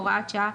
הוראת שעה,